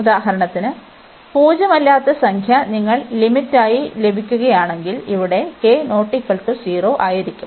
ഉദാഹരണത്തിന് പൂജ്യമല്ലാത്ത സംഖ്യ നിങ്ങൾക്ക് ലിമിറ്റായി ലഭിക്കുകയാണെങ്കിൽ ഇവിടെ k ≠ 0 ആയിരിക്കും